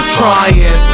trying